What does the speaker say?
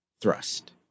thrust